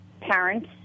parents